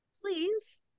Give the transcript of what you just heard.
Please